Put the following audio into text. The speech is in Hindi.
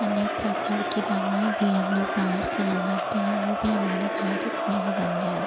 अनेक प्रकार की दवाएँ भी हम लोग बाहर से मँगाते हैं वे भी हमारे भारत में ही बन जाएँ